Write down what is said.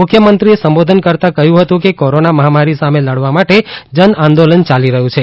મુખ્યમંત્રીએ સંબોધન કરતાં કહ્યું હતું કે કોરોના મહામરી સામે લડવા માટે જન આંદોલન યાલી રહ્યું છે